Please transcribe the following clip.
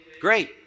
Great